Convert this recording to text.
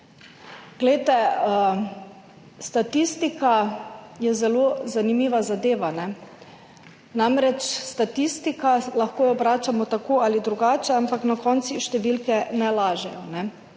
Glejte, statistika je zelo zanimiva zadeva. Lahko jo obračamo tako ali drugače, ampak na koncu številke ne lažejo.